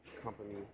company